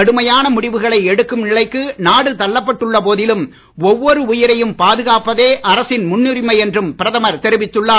கடுமையான முடிவுகளை எடுக்கும் நிலைக்கு நாடு தள்ளப்பட்டுள்ள போதிலும் ஒவ்வொரு உயிரையும் பாதுகாப்பதே அரசின் முன்னுரிமை என்றும் பிரதமர் தெரிவித்துள்ளார்